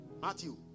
Matthew